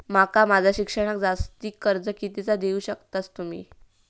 माका माझा शिक्षणाक जास्ती कर्ज कितीचा देऊ शकतास तुम्ही?